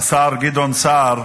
השר גדעון סער,